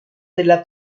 della